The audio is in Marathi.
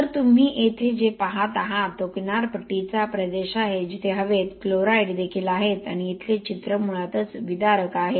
तर तुम्ही येथे जे पहात आहात तो किनारपट्टीचा प्रदेश आहे जिथे हवेत क्लोराईड देखील आहेत आणि इथले चित्र मुळातच विदारक आहे